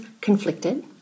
conflicted